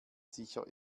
sicher